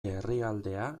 herrialdea